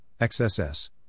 XSS